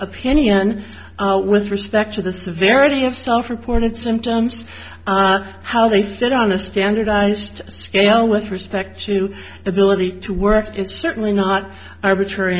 opinion with respect to the severity of self reported symptoms how they sit on a standardized scale with respect to ability to work it's certainly not arbitrary